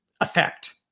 effect